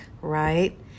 right